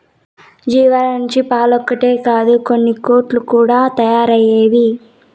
జీవాల నుంచి పాలొక్కటే కాదు ఉన్నికోట్లు కూడా తయారైతవి